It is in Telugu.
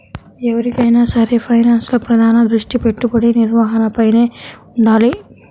ఎవరికైనా సరే ఫైనాన్స్లో ప్రధాన దృష్టి పెట్టుబడి నిర్వహణపైనే వుండాలి